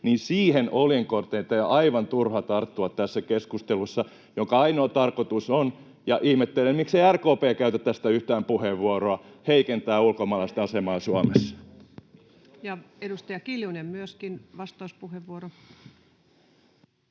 Siihen oljenkorteen teidän on aivan turha tarttua tässä keskustelussa, jonka ainoa tarkoitus on — ja ihmettelen, miksei RKP käytä tästä yhtään puheenvuoroa — heikentää ulkomaalaisten asemaa Suomessa. [Speech 25] Speaker: Ensimmäinen